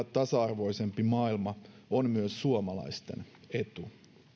tasa arvoisempi maailma on myös suomalaisten etu